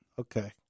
Okay